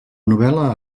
novel·la